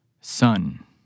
Sun